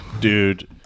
Dude